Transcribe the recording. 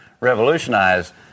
revolutionized